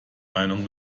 meinung